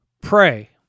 pray